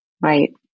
Right